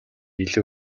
илүү